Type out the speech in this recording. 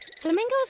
Flamingos